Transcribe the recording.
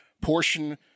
portion